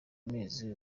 mezi